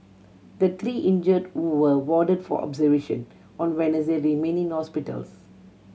the three injured who were warded for observation on Wednesday remain in hospitals